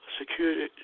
security